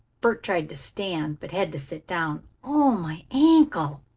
bert tried to stand, but had to sit down. oh, my ankle!